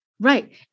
Right